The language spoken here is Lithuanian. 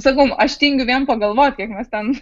sakau aš tingiu vien pagalvot kiek mes ten